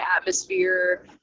atmosphere